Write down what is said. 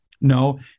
No